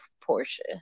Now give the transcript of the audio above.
Portia